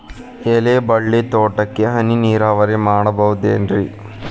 ಎಲೆಬಳ್ಳಿ ತೋಟಕ್ಕೆ ಹನಿ ನೇರಾವರಿ ಮಾಡಬಹುದೇನ್ ರಿ?